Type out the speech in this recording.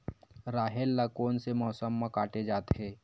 राहेर ल कोन से मौसम म काटे जाथे?